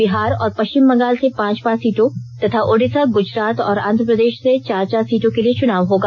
बिहार और पश्चिम बंगाल से पांच पांच र्सीटों तथा ओडिसा गुजरात और आंध्र प्रदेश से चार चार सीटों के लिए चुनाव होगा